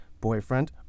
boyfriend